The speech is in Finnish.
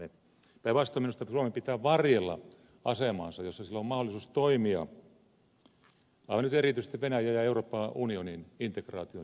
päinvastoin minusta suomen pitää varjella asemaansa jossa sillä on mahdollisuus toimia aivan nyt erityisesti venäjän ja euroopan unionin integraation syventäjänä